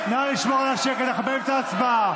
בעד צבי האוזר,